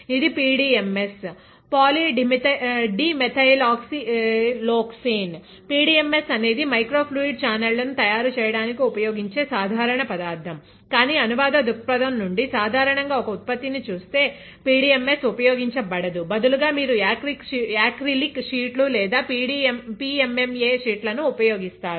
ఇది PDMS polydimethylsiloxane PDMS అనేది micro fluid చానెళ్లను తయారు చేయడానికి ఉపయోగించే సాధారణ పదార్థం కానీ అనువాద దృక్పథం నుండి సాధారణంగా ఒక ఉత్పత్తిని చూస్తే PDMS ఉపయోగించబడదు బదులుగా మీరు యాక్రిలిక్ షీట్లు లేదా PMMA షీట్ల ను ఉపయోగిస్తారు